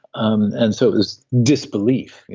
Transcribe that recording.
um and so it was disbelief,